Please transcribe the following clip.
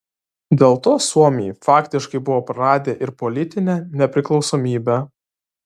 dėl to suomiai faktiškai buvo praradę ir politinę nepriklausomybę